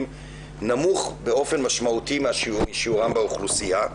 נמוך באופן משמעותי משיעורם באוכלוסייה,